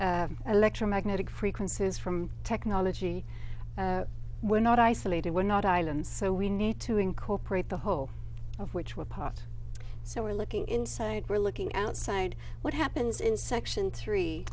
electromagnetic frequences from technology we're not isolated we're not islands so we need to incorporate the whole of which we're part so we're looking inside we're looking outside what happens in section three